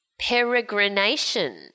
peregrination